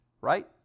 Right